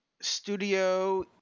studio